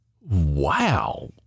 Wow